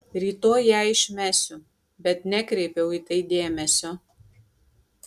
rytoj ją išmesiu bet nekreipiau į tai dėmesio